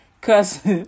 Cause